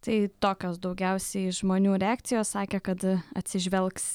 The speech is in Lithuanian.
tai tokios daugiausiai žmonių reakcijos sakė kad atsižvelgs